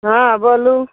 हँ बोलू